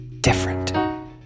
different